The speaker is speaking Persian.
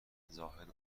زاهد